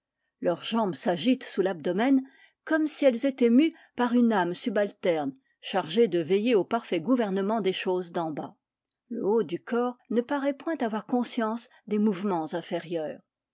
leurs jambes s'agitent sous l'abdomen comme si elles étaient mues par une âme subalterne chargée de veiller au parfait gouvernement des choses d'en bas le haut du corps ne paraît point avoir conscience des mouvements inférieurs